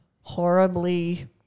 horribly